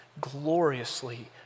gloriously